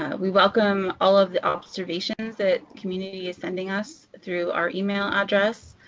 ah we welcome all of the observations that community is sending us through our email address,